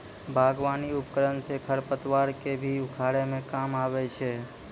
बागबानी उपकरन सँ खरपतवार क भी उखारै म काम आबै छै